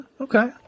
Okay